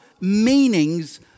meanings